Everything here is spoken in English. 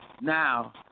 Now